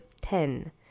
ten